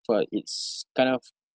so uh it's kind of